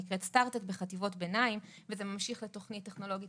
שנקראת "star tech" בחטיבות הביניים וזה ממשיך לתוכנית טכנולוגית